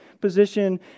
position